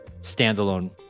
standalone